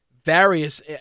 Various